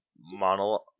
monologue